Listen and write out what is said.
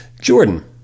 Jordan